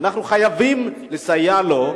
אנחנו חייבים לסייע לו.